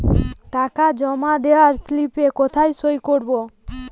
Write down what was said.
টাকা জমা দেওয়ার স্লিপে কোথায় সই করব?